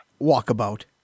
walkabout